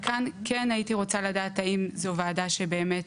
וכאן כן הייתי רוצה לדעת האם זו ועדה שבאמת